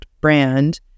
brand